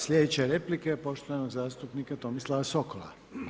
Sljedeća replika je poštovanog zastupnika Tomislava Sokola.